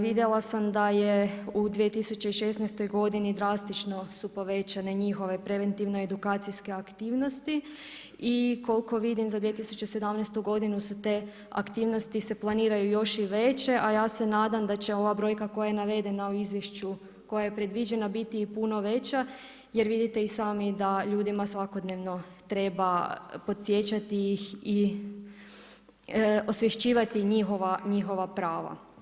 Vidjela sam da je u 2016. godini drastično su povećane njihove preventivno edukacijske aktivnosti i koliko vidim za 2017. godinu su te aktivnosti se planiraju još i veće a ja se nadam da će ova brojka koja je navedena u izvješću, koja je predviđena biti i puno veća jer vidite i sami da ljudima svakodnevno treba podsjećati ih i osvješćivati njihova prava.